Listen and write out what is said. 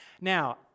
Now